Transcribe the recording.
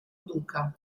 duca